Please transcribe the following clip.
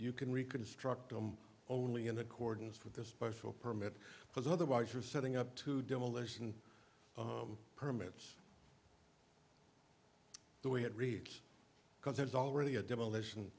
you can reconstruct him only in accordance with the special permit because otherwise you're setting up to demolition permits the way it reads because there's already a demolition